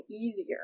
easier